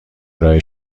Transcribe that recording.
ارائه